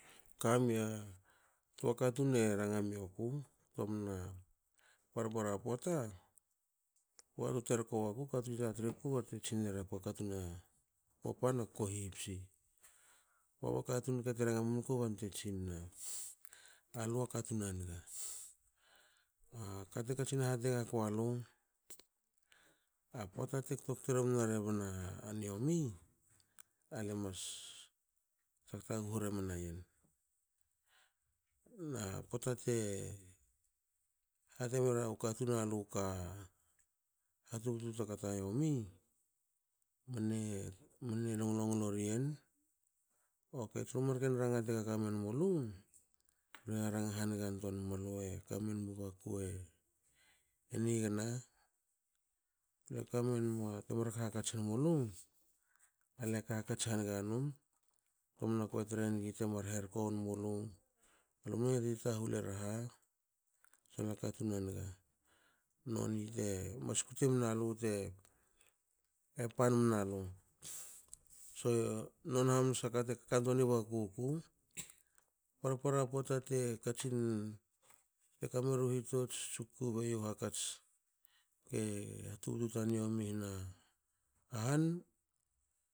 Kamia tua katun e ranga mioku ktomna parpara pota. pota tu terko waku katu tra riku borte tsinera kua katun kopan. akua hipsi. Kba ba katun rke te ranga menuku bante tsinna alua katun a niga. a kate katsin tatie gakua lu a poate te kto kte rumna rebna niomi ale mas tag taguhu re mana yen na pota te hate meru katun aluka hatubtu taka ta yomi. mne- mne long longlo rien. okei shu marken ranga te kaka men mulu lue raranga hanigantoa mnu lue kamen num bakue nigna. leka menma temar hak hakats wonmulu ale hak hakats haniga num ktomna kue trenigi temar herko won mulu alu mne tati tahul era ha so lua katun a niga. noni te mas kute mna lu te pan malu. so non hamansa kate kantoani bakuguku parpara pota te katsin teka meru hitots tsu kukubei u hakats ke hatubutu ta niomi hna a han.